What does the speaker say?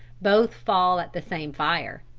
both fall at the same fire.